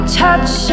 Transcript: touch